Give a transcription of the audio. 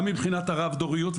גם מבחינת הרב דוריות,